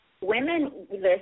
women